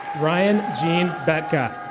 ryan gene bebca.